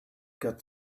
got